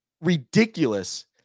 ridiculous